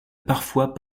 parfois